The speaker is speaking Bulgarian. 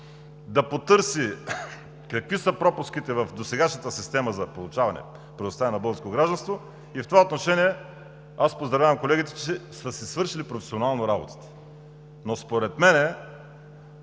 да потърси какви са пропуските в досегашната система за предоставяне на българско гражданство. В това отношение аз поздравявам колегите, че са си свършили професионално работата, но според мен